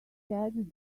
had